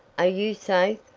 are you safe!